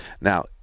Now